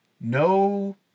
no